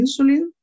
insulin